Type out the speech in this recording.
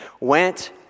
went